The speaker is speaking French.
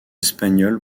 espagnole